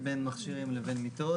לגבי המנגנון וניתן לו דוגמה מספרית.